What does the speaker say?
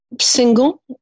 single